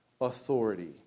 authority